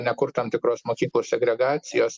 nekurt tam tikros mokyklų segregacijos